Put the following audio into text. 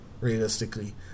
realistically